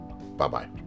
Bye-bye